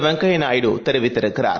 வெங்கய்யநாயுடுதெரிவித்திருக்கிறார்